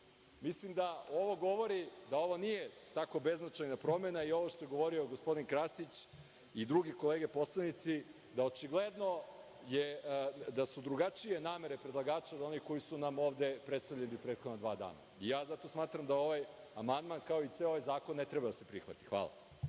Mislim da ovo govori da ovo nije tako beznačajna promena i ovo što je govorio gospodin Krasić i druge kolege poslanici, da su očigledno drugačije namere predlagača od onih koje su nam ovde predstavljene u prethodna dva dana. Zato smatram da ovaj amandman, kao i ceo ovaj zakon ne treba da se prihvati. Hvala.